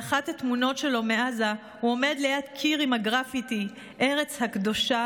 באחת התמונות שלו מעזה הוא עומד ליד קיר עם הגרפיטי "ארץ הקדושה,